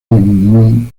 mind